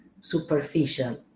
superficial